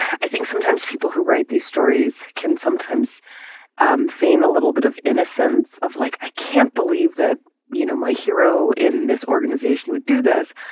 i think sometimes people who write these stories can sometimes um feign a little bit of innocence of like i can't believe that you know my hero in this organization would do this.